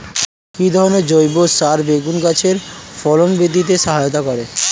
কি ধরনের জৈব সার বেগুন গাছে ফলন বৃদ্ধিতে সহায়তা করে?